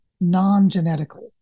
non-genetically